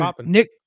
Nick